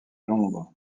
londres